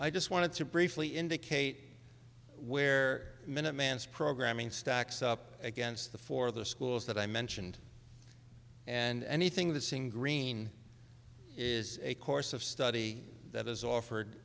i just wanted to briefly indicate where minute man's programming stacks up against the for the schools that i mentioned and anything that seeing green is a course of study that is offered